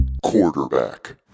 Quarterback